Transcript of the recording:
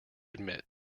admit